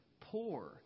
poor